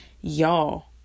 y'all